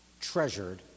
treasured